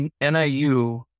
niu